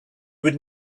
would